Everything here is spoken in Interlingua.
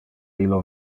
illo